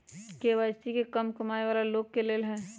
KYC का कम कमाये वाला लोग के लेल है?